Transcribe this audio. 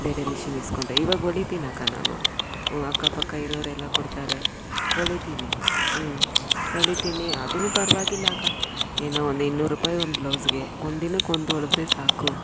ಬೇರೆ ಮಿಷಿನ್ ಈಸ್ಕೊಂಡೆ ಇವಾಗ ಹೊಲಿತೀನಕ್ಕ ನಾನು ಹ್ಞೂ ಅಕ್ಕಪಕ್ಕ ಇರೋರೆಲ್ಲ ಕೊಡ್ತಾರೆ ಹೊಲಿತೀನಿ ಹ್ಞೂ ಹೊಲಿತೀನಿ ಅದೂ ಪರವಾಗಿಲ್ಲ ಅಕ್ಕ ಏನೋ ಒಂದು ಇನ್ನೂರು ರೂಪಾಯಿ ಒಂದು ಬ್ಲೌಸ್ಗೆ ಒಂದು ದಿನಕ್ಕೆ ಒಂದು ಹೊಲೆದ್ರೆ ಸಾಕು